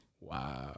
wow